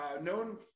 known